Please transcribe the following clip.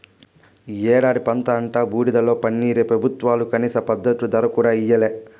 ఈ ఏడాది పంట అంతా బూడిదలో పన్నీరే పెబుత్వాలు కనీస మద్దతు ధర కూడా ఇయ్యలే